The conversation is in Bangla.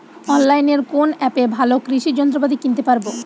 অনলাইনের কোন অ্যাপে ভালো কৃষির যন্ত্রপাতি কিনতে পারবো?